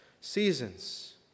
seasons